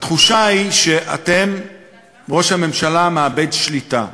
התחושה היא שראש הממשלה מאבד שליטה,